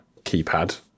keypad